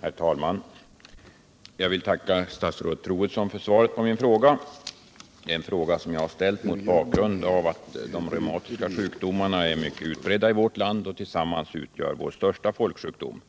Herr talman! Jag vill tacka statsrådet Troedsson för svaret på min fråga — en fråga som jag har ställt mot bakgrund av att reumatiska sjukdomar är mycket utbredda i vårt land och tillsammans utgör vår största folksjukdom.